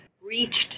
reached